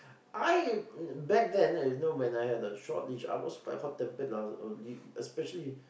I back then you know when I had a short leash I was quite hot-tempered lah especially